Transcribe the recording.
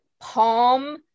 Palm